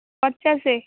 ପଚାଶ